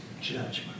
judgment